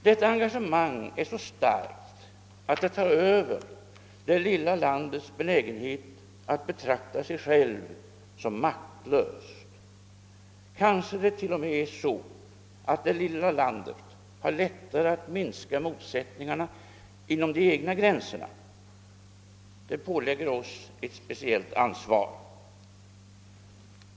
Detta engagemang är så starkt, att det tär över det lilla landets benägenhet att betrakta sig självt som maktlöst. Kanske det t.o.m. är så, att det lilla landet har lättare att minska motsättningarna inom de egna gränserna. Det pålägger oss ett speciellt ansvar.